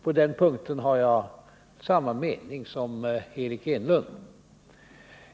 På den punkten har jag samma mening som Eric Enlund.